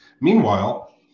Meanwhile